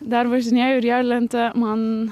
dar važinėju riedlente man